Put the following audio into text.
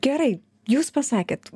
gerai jūs pasakėt